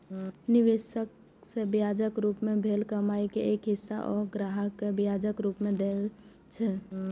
निवेश सं ब्याजक रूप मे भेल कमाइ के एक हिस्सा ओ ग्राहक कें ब्याजक रूप मे दए छै